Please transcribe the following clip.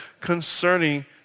concerning